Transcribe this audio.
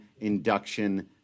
induction